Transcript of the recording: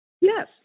Yes